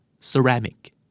Ceramic